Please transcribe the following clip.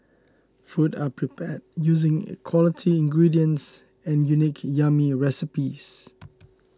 food are prepared using quality ingredients and unique yummy recipes